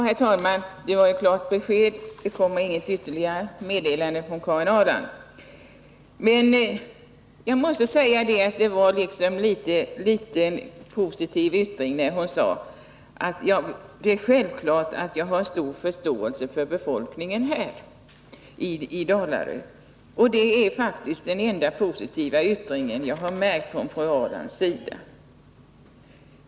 Herr talman! Det var ett klart besked — det kommer inget ytterligare meddelande från Karin Ahrland. Men det var en positiv yttring, när hon sade att hon självfallet har stor förståelse för befolkningen i Dalarö. Det är faktiskt den enda positiva yttring jag har märkt från fru Ahrlands sida.